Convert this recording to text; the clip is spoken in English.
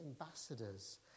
ambassadors